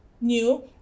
new